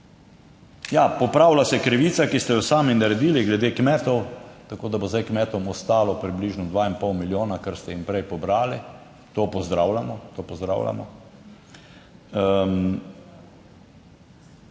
Ja, popravlja se krivica, ki ste jo sami naredili glede kmetov, tako da bo zdaj kmetom ostalo približno dva in pol milijona, kar ste jim prej pobrali. To pozdravljamo, to pozdravljamo.